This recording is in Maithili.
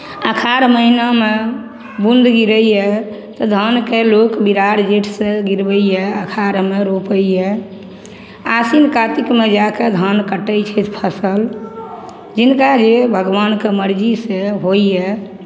अखाढ़ महिनामे बून्द गिरैए तऽ धानके लोक बिराड़ जेठसे गिरबैए अखाढ़मे रोपैए आसिन कातिकमे जाके धान कटै छै फसल जिनका जे भगवानके मरजी से होइए